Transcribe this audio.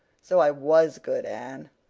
so i was good, anne.